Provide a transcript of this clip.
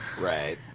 Right